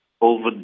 over